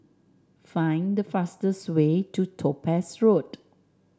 find the fastest way to Topaz Road